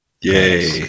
Yay